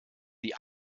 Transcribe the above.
die